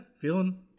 feeling